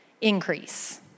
increase